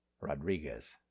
Rodriguez